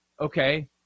okay